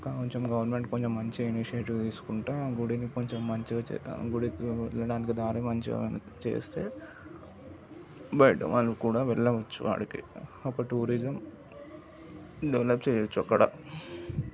ఇంకా కొంచెం గవర్నమెంట్ కొంచెం మంచిగా ఇనిషియేటివ్ తీసుకుంటే ఆ గుడిని కొంచె మంచిగా గుడికి వెళ్ళడానికిదారి మంచిగా చేస్తే బయట వాళ్ళు కూడా వెళ్ళవచ్చు ఆడికి ఒక టూరిజం డెవలప్ చేయొచ్చు అక్కడ